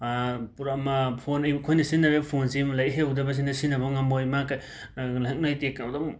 ꯄꯨꯔꯥ ꯃꯥ ꯐꯣ ꯑꯈꯣꯏꯅ ꯁꯤꯖꯤꯟꯅꯔꯤꯕ ꯐꯣꯟꯁꯦ ꯂꯥꯏꯔꯤꯛ ꯍꯩꯍꯧꯗꯕꯖꯤꯅ ꯁꯤꯖꯤꯟꯅꯕ ꯉꯝꯃꯣꯏ ꯃꯥ